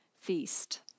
feast